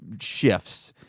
shifts